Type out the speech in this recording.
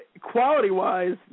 quality-wise